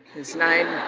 is nine,